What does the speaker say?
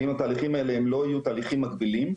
ואם התהליכים האלה הם לא יהיו תהליכים מקבילים,